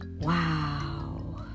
Wow